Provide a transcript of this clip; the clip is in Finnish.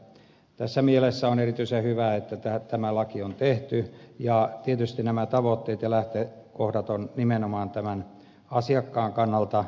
tässä mielessä on erityisen hyvä että tämä laki on tehty ja tietysti nämä tavoitteet ja lähtökohdat ovat hyvät nimenomaan tämän asiakkaan kannalta